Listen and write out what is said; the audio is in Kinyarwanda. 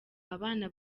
abana